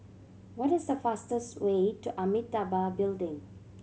what is the fastest way to Amitabha Building